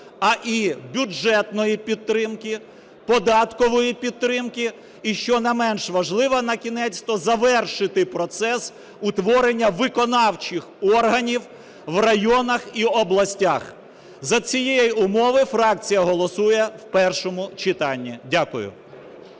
а і бюджетної підтримки, податкової підтримки і, що не менш важливо, накінець-то завершити процес утворення виконавчих органів в районах і областях. За цієї умови фракція голосує в першому читанні. Дякую.